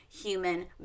human